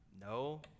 No